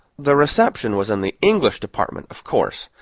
the reception was in the english department, of course,